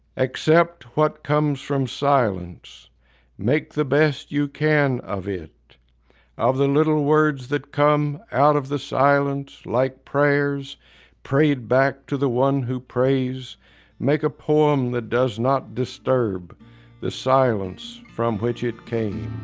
accept what comes from silence make the best you can of it of the little words that come out of the silence, like prayers prayed back to the one who prays make a poem that does not disturb the silence from which it came